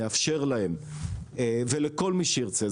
נאפשר להם ולכל מי שירצה,